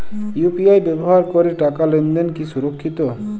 UPI ব্যবহার করে টাকা লেনদেন কি সুরক্ষিত?